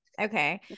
okay